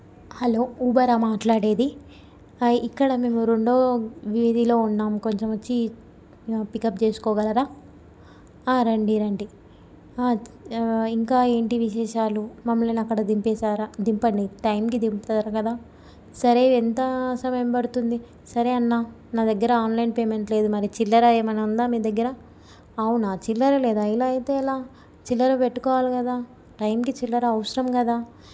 hello ఊబరా మాట్లాడేది ఇక్కడ మేము రెండో వీధిలో ఉన్నాం కొంచెం వచ్చి యా పికప్ చేసుకోగలరా రండి రండి ఇంకా ఏంటి విశేషాలు మమ్మల్ని అక్కడ దింపేశారా దింపండి టైంకి దింపుతారు కదా సరే ఎంత సమయం పడుతుంది సరే అన్నా నా దగ్గర ఆన్లైన్ పేమెంట్ లేదు మరి చిల్లర ఏమన్నా ఉందా మీ దగ్గర అవునా చిల్లర లేదా ఇలా అయితే ఎలా చిల్లర పెట్టుకోవాలి కదా టైంకి చిల్లర అవసరం కదా